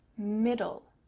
middle,